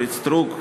אורית סטרוק,